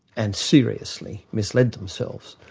and seriously misled themselves.